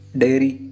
dairy